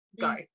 go